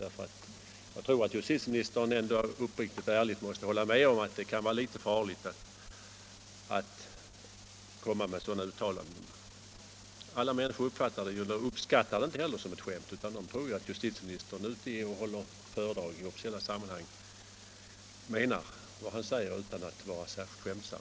Jag tror också att justitieministern uppriktigt och ärligt måste hålla med om att det kan vara litet farligt att göra sådana uttalanden. Alla människor uppfattar det säkert inte som ett skämt — och uppskattar det inte heller — utan tror att när justitieministern är ute och håller föredrag i officiella sammanhang, så menar han vad han säger och avser inte att vara särskilt skämtsam.